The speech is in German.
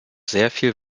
viel